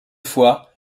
fois